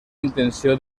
intenció